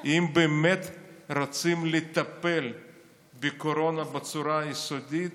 אם באמת רוצים לטפל בקורונה בצורה יסודית,